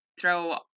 throw